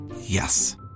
Yes